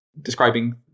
describing